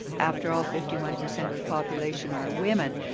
after all, fifty one per cent of the population are women,